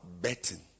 betting